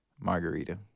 Margarita